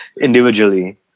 individually